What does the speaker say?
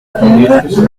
combes